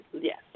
yes